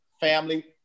family